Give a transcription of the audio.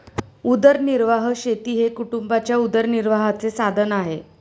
उदरनिर्वाह शेती हे कुटुंबाच्या उदरनिर्वाहाचे साधन आहे